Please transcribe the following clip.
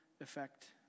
effect